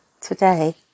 today